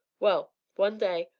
well one day,